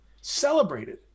celebrated